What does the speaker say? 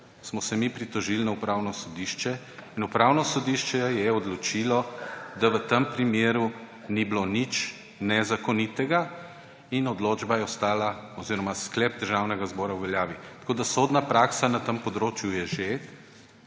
smo se mi pritožil na Upravno sodišče. Upravno sodišče je odločilo, da v tem primeru ni bilo nič nezakonitega in sklep Državnega zbora je ostal v veljavi. Tako da sodna praksa na tem področju je že.